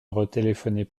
retéléphoner